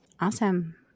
Awesome